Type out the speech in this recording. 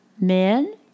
Men